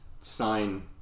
sign